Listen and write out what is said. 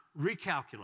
recalculate